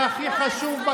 והכי חשוב,